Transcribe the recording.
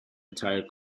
entire